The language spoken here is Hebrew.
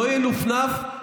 לא ינופנף,